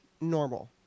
normal